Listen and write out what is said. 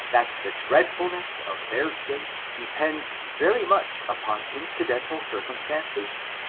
that the dreadfulness of their state depends very much upon incidental circum stances?